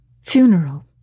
funeral